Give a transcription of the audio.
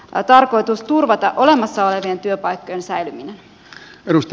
hyvä tarkoitus turvata olemassa olevien työpaikkojen säilyminen edusti